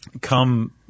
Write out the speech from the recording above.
come